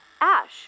Ash